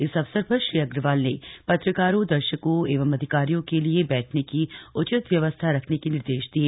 इस अवसर पर श्री अग्रवाल ने पत्रकारों दर्शकों एवं अधिकारियों के लिए बैठने की उचित व्यवस्था रखने के निर्देश दिए